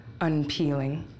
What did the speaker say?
unpeeling